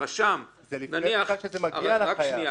--- זה לפני שזה מגיע לחייב.